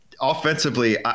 offensively